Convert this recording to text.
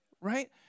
right